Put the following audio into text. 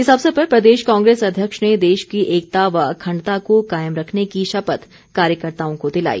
इस अवसर पर प्रदेश कांग्रेस अध्यक्ष ने देश की एकता व अखण्डता को कायम रखने की शपथ कार्यकर्ताओं को दिलाई